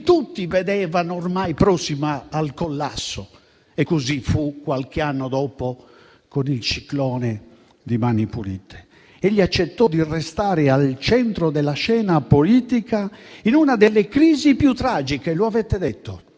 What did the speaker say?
tutti vedevano ormai prossima al collasso, e così fu qualche anno dopo, con il ciclone di Mani pulite. Egli accettò di restare al centro della scena politica in una delle crisi più tragiche - lo avete detto